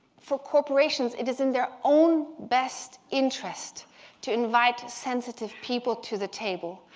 for corporations, it is in their own best interest to invite sensitive people to the table.